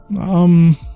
Um